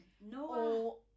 No